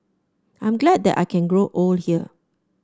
I'm glad that I can grow old here